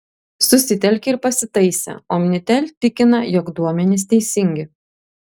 susitelkė ir pasitaisė omnitel tikina jog duomenys teisingi